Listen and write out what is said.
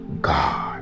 God